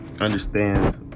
understands